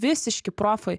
visiški profai